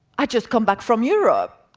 i just come back from europe.